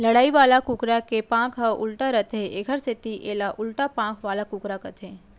लड़ई वाला कुकरा के पांख ह उल्टा रथे एकर सेती एला उल्टा पांख वाला कुकरा कथें